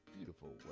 beautiful